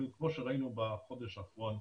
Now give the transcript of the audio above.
אבל כמו שראינו בחודש האחרון,